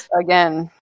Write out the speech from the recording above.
again